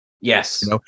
Yes